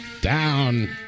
Down